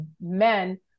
men